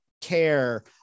care